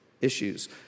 issues